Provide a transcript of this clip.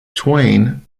twain